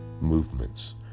movements